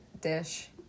dish